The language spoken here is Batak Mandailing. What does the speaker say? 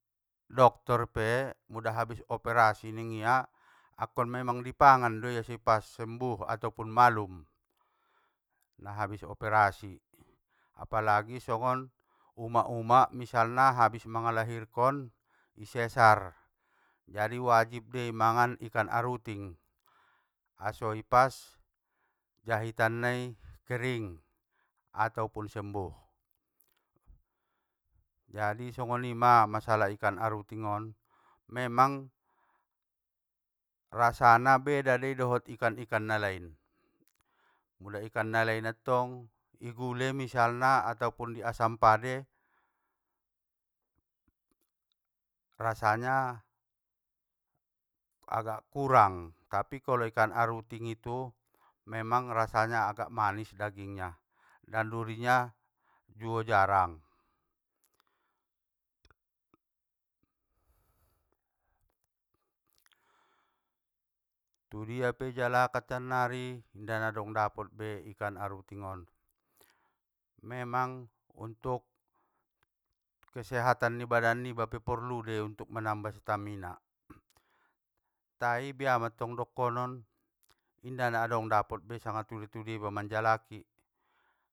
Doktor pe, muda abis operasi ningia, angkon memang dipangan doia so ipas sembuh atopun malum, nahabis operasi apalagi songon umak umak misalna, abis malahirkon i sesar, jadi wajib dei mangan ikan aruting, aso ipas jahitan nai kering, atopun sembuh. Jadi songonima masalah ikan aruting on, memang rasana, beda dei dot ikan ikan nalain, muda ikan nalain attong i gule misalna atopun i asam padeh, rasanya agak kurang tapi kalo ikan aruting itu, memang rasanya agak manis dagingnya, dan durina juo jarang. Tudia peijalakan sannari, inda nadong dapot bei ikan aruting on, memang untuk kesehatan ni badan niba pe porludei untuk manambah stamina, tai bia mattong dokonon, inda na adong dapot be sanga tudia dia iba manjalaki.